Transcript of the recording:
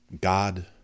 God